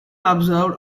observed